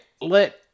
let